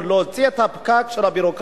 להוציא את הפקק של הביורוקרטיה,